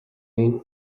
mean